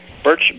Birch